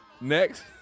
Next